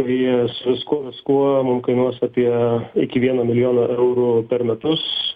ir su viskuo viskuo mum kainuos apie iki vieno milijono eurų per metus